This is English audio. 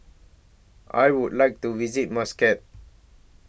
I Would like to visit Muscat